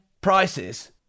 prices